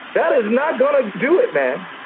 that is not gonna do it, man.